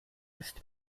ist